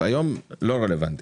אז היום לא רלוונטי.